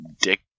dick